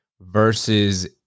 versus